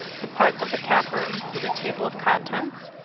the parts of the cafr includes a table of contents,